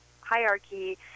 hierarchy